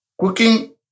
cooking